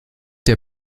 der